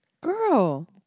Girl